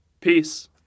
Peace